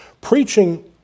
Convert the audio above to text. preaching